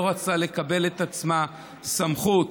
לקבל על עצמה סמכות